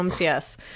yes